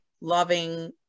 loving